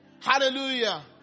Hallelujah